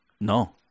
no